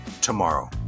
tomorrow